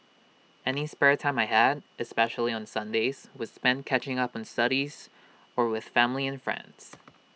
any spare time I had especially on Sundays was spent catching up on studies or with family and friends